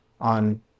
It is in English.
on